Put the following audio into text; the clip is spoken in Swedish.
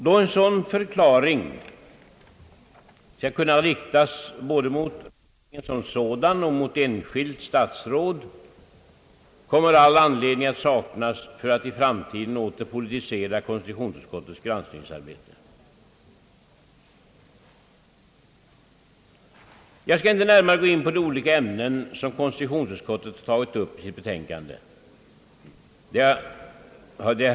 Då en sådan förklaring skall kunna riktas både mot regeringen som sådan och mot enskilt statsråd, kommer all anledning att saknas för att i framtiden åter politisera konstitutionsutskottets granskningsarbete. Jag skall inte gå närmare in på de olika ämnen som konstitutionsutskottet har tagit upp i sitt betänkande.